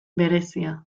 berezia